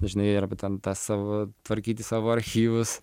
žinai arba ten tą savo tvarkyti savo archyvus